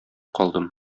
калдым